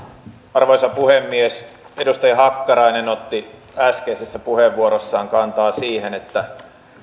arvoisa puhemies edustaja hakkarainen otti äskeisessä puheenvuorossaan kantaa siihen että